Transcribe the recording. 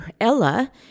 Ella